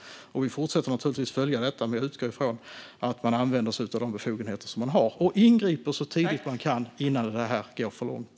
Vi fortsätter naturligtvis att följa detta, men jag utgår från att man använder sig av de befogenheter man har och ingriper så tidigt man kan - innan det går för långt.